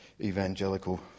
evangelical